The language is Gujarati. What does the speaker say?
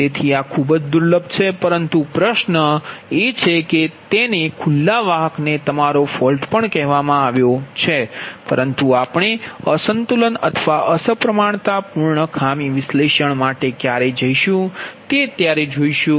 તેથી આ ખૂબ જ દુર્લભ છે પરંતુ પ્રશ્ન એ છે કે તેને ખુલ્લા વાહકને તમારો ફોલ્ટ પણ કહેવામાં આવે છે પરંતુ આપણે અસંતુલન અથવા અસમપ્રમાણતાપૂર્ણ ખામી વિશ્લેષણ માટે ક્યારે જઈશું તે જોશું